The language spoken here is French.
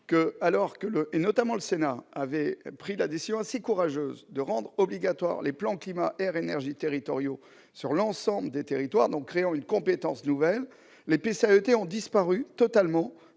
de même assez surpris. Le Sénat avait pris la décision assez courageuse de rendre obligatoires les plans climat-air-énergie territoriaux sur l'ensemble des territoires, en créant une compétence nouvelle. Or les PCAET ont totalement